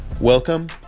welcome